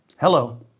Hello